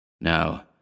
Now